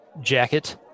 jacket